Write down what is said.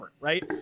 right